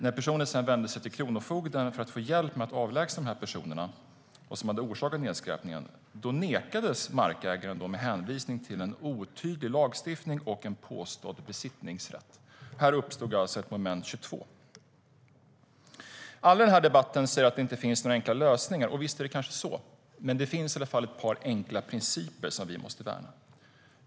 När personen sedan vände sig till kronofogden för att få hjälp att avlägsna de personer som orsakat nedskräpningen nekades markägaren detta, med hänvisning till en otydlig lagstiftning och en påstådd besittningsrätt. Här uppstod alltså ett moment 22. Alla i den här debatten säger att det inte finns några enkla lösningar, och visst är det kanske så. Men det finns i alla fall ett par enkla principer vi måste värna.